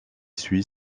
suit